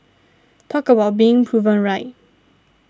talk about being proven right